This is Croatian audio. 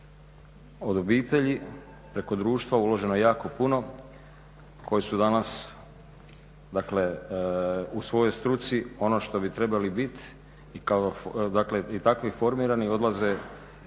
od obitelji preko društva uloženo jako puno, koji su danas dakle u svojoj struci ono što bi trebali biti i takvi formirani odlaze ono što